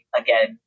again